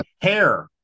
Hair